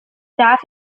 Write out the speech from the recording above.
darf